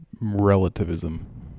Relativism